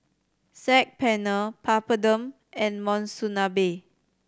Saag Paneer Papadum and Monsunabe